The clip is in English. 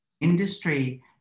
industry